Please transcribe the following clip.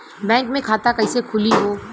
Bank मे खाता कईसे खुली हो?